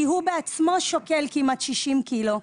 כי הוא בעצמו שוקל כמעט 60 קילו.